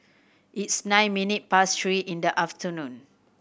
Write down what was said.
its nine minute past three in the afternoon